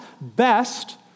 best